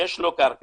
שיש לו קרקע,